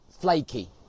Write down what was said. Flaky